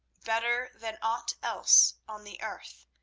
better than aught else on the earth,